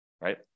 right